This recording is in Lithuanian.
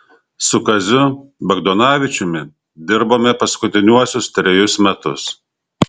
su kaziu bagdonavičiumi dirbome paskutiniuosius trejus metus